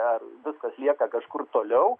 ar viskas lieka kažkur toliau